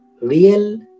real